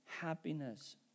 happiness